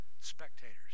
spectators